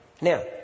Now